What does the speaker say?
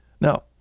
Now